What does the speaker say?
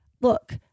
look